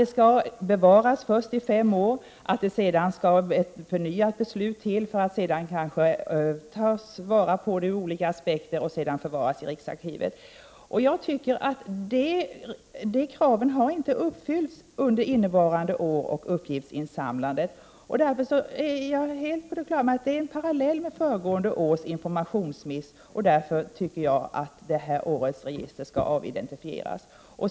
De skall veta att uppgifterna först bevaras i fem år, och efter ett eventuellt nytt beslut kan materialet användas på olika sätt. Uppgifterna kommer därefter att hamna i riksarkivet. Dessa krav har inte uppfyllts under innevarande år eller under uppgiftsinsamlingen. Denna informationsmiss är en parallell till föregående års. Därför skall detta års register avidentifieras.